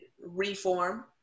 reform